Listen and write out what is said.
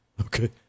Okay